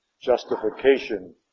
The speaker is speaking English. justification